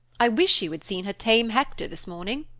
i wish you had seen her tame hector this morning.